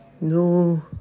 No